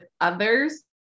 others